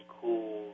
cool